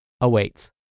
awaits